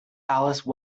alice